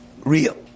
real